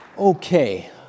Okay